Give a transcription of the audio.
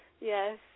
yes